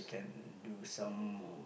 can do some